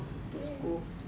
ya